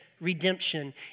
redemption